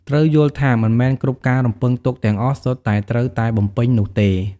ត្រូវយល់ថាមិនមែនគ្រប់ការរំពឹងទុកទាំងអស់សុទ្ធតែត្រូវតែបំពេញនោះទេ។